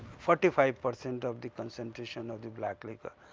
forty five percent of the concentration of the black liquor.